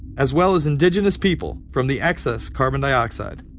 as well as indigenous people, from the excess carbon dioxide.